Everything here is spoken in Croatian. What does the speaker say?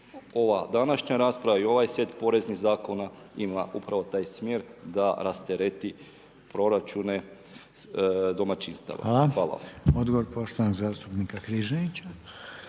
ova današnja rasprava i ovaj set poreznih zakona ima upravo taj smjer da rastereti proračune domaćih …/Govornik se ne razumije./… Hvala.